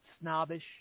Snobbish